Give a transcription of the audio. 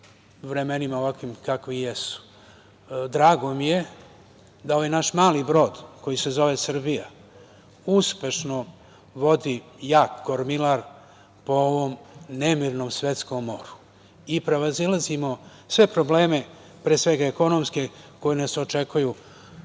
vremenima. Drago mi je da ovaj naš mali brod, koji se zove Srbija, uspešno vodi jak kormilar po ovom nemirnom svetskom moru i prevazilazimo sve probleme, pre svega, ekonomske, koji nas očekuju,